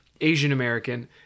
Asian-American